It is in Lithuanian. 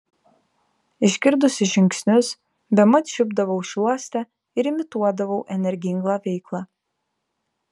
išgirdusi žingsnius bemat čiupdavau šluostę ir imituodavau energingą veiklą